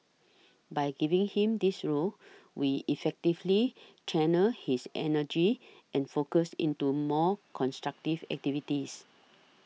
by giving him this role we effectively channelled his energy and focus into more constructive activities